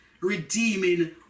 redeeming